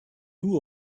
two